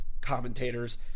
commentators